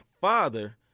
father